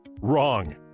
Wrong